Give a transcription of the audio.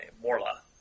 Morla